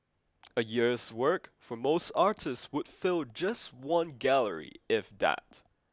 a year's work for most artists would fill just one gallery if that